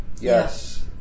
Yes